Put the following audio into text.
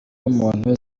w’umuntu